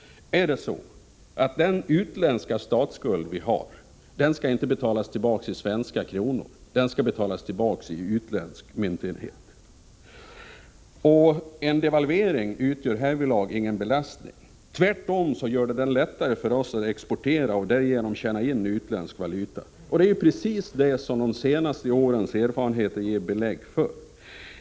Den utländska statsskuld som vi har skall inte betalas tillbaka i svenska kronor utan i utländsk myntenhet. En devalvering utgör härvidlag ingen belastning. Tvärtom gör en devalvering det lättare för oss att exportera och därigenom tjäna in utländsk valuta. Det är precis det som de senaste årens erfarenheter ger belägg för.